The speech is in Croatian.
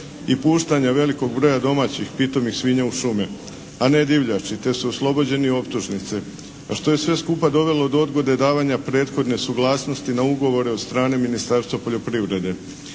i puštanja velikog broja domaćih pitomih svinja u šume a ne divljači te su oslobođeni optužnice a što je sve skupa dovelo do odgode davanja prethodne suglasnosti na ugovore o strane Ministarstva poljoprivrede.